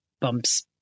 bumps